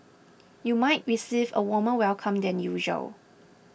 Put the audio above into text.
you might receive a warmer welcome than usual